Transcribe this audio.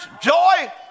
joy